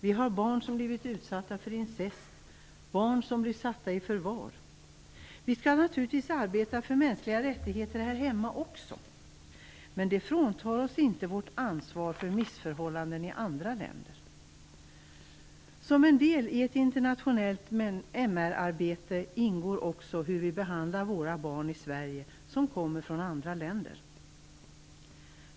Vi har barn som har blivit utsatta för incest, barn som blir satta i förvar. Vi skall naturligtvis arbeta för mänskliga rättigheter här hemma också. Men det fråntar oss inte vårt ansvar för missförhållanden i andra länder. Som en del i ett internationellt MR-arbete ingår också hur vi i Sverige behandlar barn som kommer från andra länder.